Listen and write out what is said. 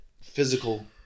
physical